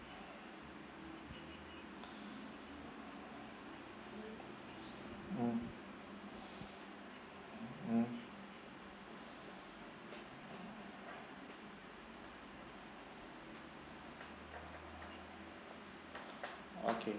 mm mm okay